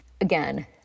Again